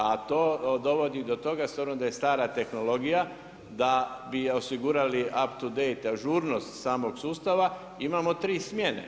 A to dovodi do toga s obzirom da je stara tehnologija da bi joj osigurali up to date ažurnost samog sustava, imamo tri smjene.